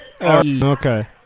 Okay